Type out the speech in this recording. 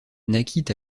naquit